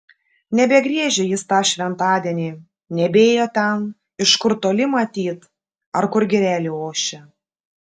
nebegriežė jis tą šventadienį nebėjo ten iš kur toli matyt ar kur girelė ošia